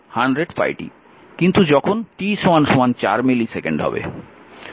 কিন্তু যখন t 4 millisecond হবে